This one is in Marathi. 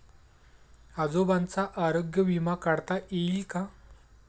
आजोबांचा आरोग्य विमा काढता येईल का?